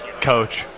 Coach